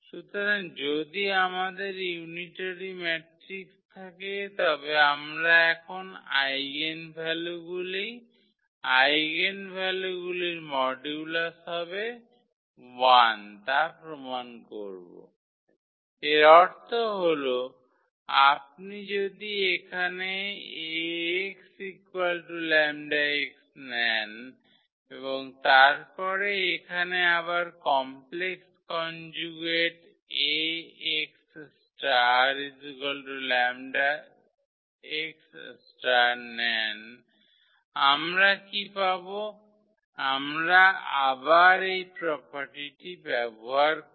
সুতরাং যদি আমাদের ইউনিটরি ম্যাট্রিক্স থাকে তবে আমরা এখন আইগেনভ্যালুগুলি আইগেনভ্যালুগুলির মডিউলাস হবে 1 তা প্রমাণ করব এর অর্থ হল আপনি যদি এখানে 𝐴𝑥 𝜆𝑥 নেন এবং তারপরে এখানে আবার কমপ্লেক্স কনজুগেট 𝐴𝑥∗𝜆𝑥 নেন আমরা কী পাব আমরা আবার এই প্রোপার্টিটি ব্যবহার করব